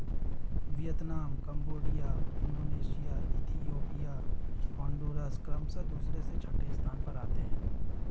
Vietnam Cambodia Indonesia Ethiopia Honduras क्रमशः दूसरे से छठे स्थान पर आते हैं